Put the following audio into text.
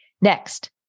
Next